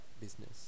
business